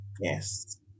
yes